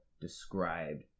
described